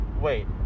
Wait